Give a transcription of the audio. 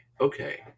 Okay